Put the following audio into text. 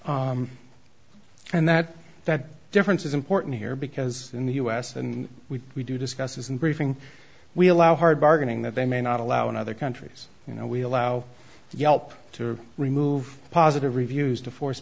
and that that difference is important here because in the us and we do discuss and briefing we allow hard bargaining that they may not allow in other countries you know we allow yelp to remove positive reviews to force